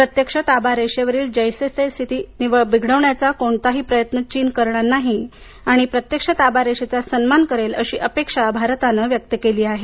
प्रत्यक्ष ताबारेषेवरील जैसे थे स्थिती बिघडवण्याचा कोणतेही प्रयत्न चीन करणार नाही आणि प्रत्यक्ष ताबारेषेचा सन्मान करेल अशी अपेक्षा भारताने व्यक्त केली आहे